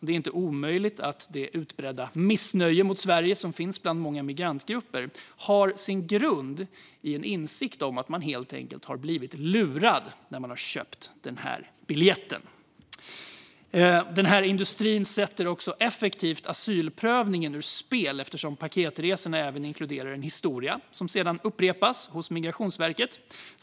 Det är inte omöjligt att det utbredda missnöje mot Sverige som finns bland många migrantgrupper har sin grund i en insikt om att man helt enkelt har blivit lurad när man har köpt den här biljetten. Den här industrin sätter också effektivt asylprövningen ur spel, eftersom paketresorna även inkluderar en historia som sedan upprepas hos Migrationsverket.